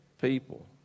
people